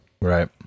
Right